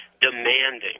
demanding